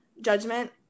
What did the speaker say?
Judgment